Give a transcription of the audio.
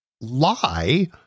lie